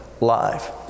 live